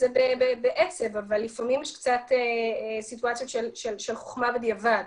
זה בעצב יש סיטואציות של חוכמה בדיעבד.